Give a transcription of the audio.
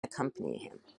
accompanied